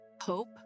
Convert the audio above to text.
Hope